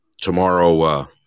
tomorrow